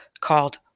called